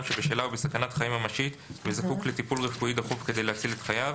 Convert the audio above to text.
שבשלה הוא בסכנת חיים ממשית וזקוק לטיפול רפואי דחוף כדי להציל את חייו,